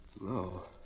No